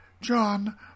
John